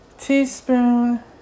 teaspoon